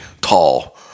tall